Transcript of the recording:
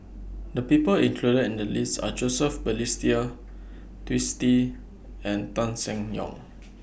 The People included in The list Are Joseph Balestier Twisstii and Tan Seng Yong